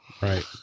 Right